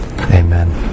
Amen